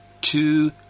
two